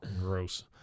Gross